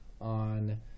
on